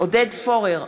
עודד פורר,